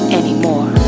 anymore